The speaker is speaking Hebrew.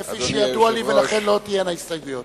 כפי שידוע לי, ולכן לא תהיינה הסתייגויות.